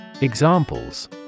Examples